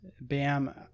Bam